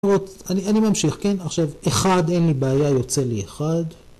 אני ממשיך כן? עכשיו 1, אין לי בעיה, יוצא לי 1.